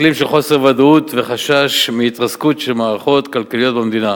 אקלים של חוסר ודאות וחשש מהתרסקות של מערכות כלכליות במדינה,